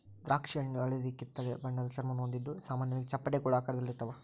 ದ್ರಾಕ್ಷಿಹಣ್ಣು ಹಳದಿಕಿತ್ತಳೆ ಬಣ್ಣದ ಚರ್ಮವನ್ನು ಹೊಂದಿದ್ದು ಸಾಮಾನ್ಯವಾಗಿ ಚಪ್ಪಟೆ ಗೋಳಾಕಾರದಲ್ಲಿರ್ತಾವ